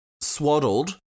swaddled